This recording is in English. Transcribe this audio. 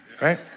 right